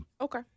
Okay